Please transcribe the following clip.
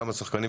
כמה שחקנים,